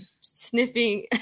sniffing